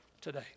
today